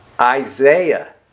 Isaiah